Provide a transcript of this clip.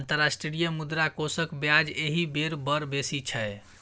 अंतर्राष्ट्रीय मुद्रा कोषक ब्याज एहि बेर बड़ बेसी छै